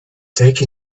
take